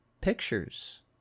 pictures